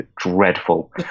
dreadful